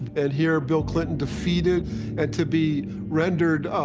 and here, bill clinton, defeated, and to be rendered